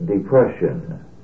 Depression